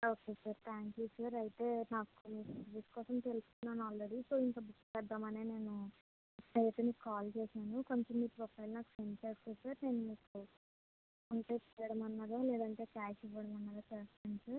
okay sir thank you sir అయితే నాకు trip కోసం తెలుసుకున్నాను ఆల్రెడీ సో ఇంకా బుక్ చేద్దాము అనే నేను డైరక్ట్గా మీకు కాల్ చేస్తున్నాను కొంచెం మీ ప్రొఫైల్ నాకు సెండ్ చేస్తే సార్ నేను మీకు ఫోన్పే చేయడమన్నదా లేదంటే క్యాష్ ఇవ్వడమన్నదా చేస్తాను సార్